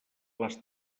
les